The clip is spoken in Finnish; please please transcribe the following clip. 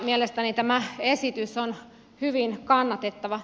mielestäni tämä esitys on hyvin kannatettava